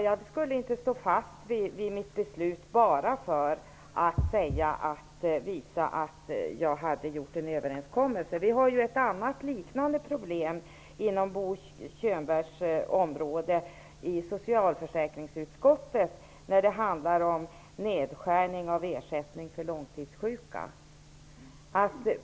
Jag skulle inte stå fast vid mitt beslut bara för att visa att jag följer en överenskommelse. Det finns ett annat liknande problem inom Bo Könbergs område i socialförsäkringsutskottet. Det handlar om nedskärning av ersättning för långtidssjuka.